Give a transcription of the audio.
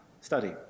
study